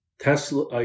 Tesla